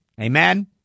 Amen